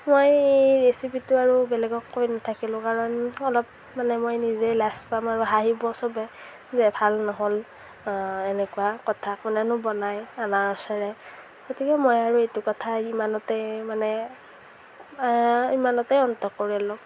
মই ৰেচিপিটো আৰু বেলেগক কৈ নাথাকিলোঁ কাৰণ অলপ মানে মই নিজেই লাজ পাম আৰু হাঁহিব চবে যে ভাল নহ'ল এনেকুৱা কথা কোনেনো বনাই আনাৰসেৰে গতিকে মই আৰু এইটো কথা ইমানতে মানে ইমানতে অন্ত কৰিলোঁ